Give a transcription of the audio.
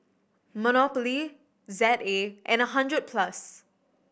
Monopoly Z A and Hundred Plus